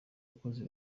abakozi